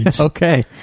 Okay